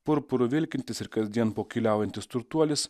purpuru vilkintis ir kasdien pokyliaujantis turtuolis